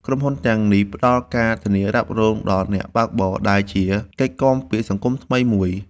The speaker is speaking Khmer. ក្រុមហ៊ុនទាំងនេះផ្ដល់ការធានារ៉ាប់រងដល់អ្នកបើកបរ ដែលជាកិច្ចគាំពារសង្គមថ្មីមួយ។